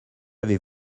avez